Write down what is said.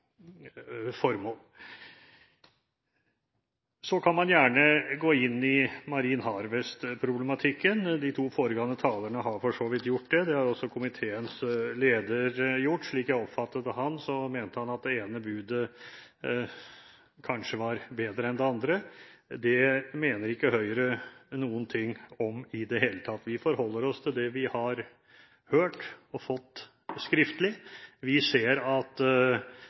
Så kan man gjerne gå inn i Marine Harvest-problematikken – de to foregående talerne har for så vidt gjort det. Det har også komiteens leder gjort. Slik jeg oppfattet ham, mente han at det ene budet kanskje var bedre enn det andre. Det mener ikke Høyre noen ting om i det hele tatt. Vi forholder oss til det vi har hørt og fått skriftlig. Vi ser at